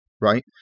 right